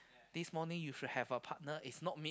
this morning you should have a partner it's not me